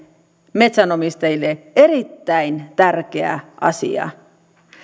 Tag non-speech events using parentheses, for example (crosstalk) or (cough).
metsänomistajille (unintelligible) on erittäin tärkeä asia